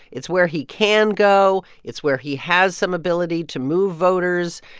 it's where he can go. it's where he has some ability to move voters.